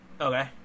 Okay